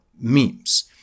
memes